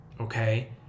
okay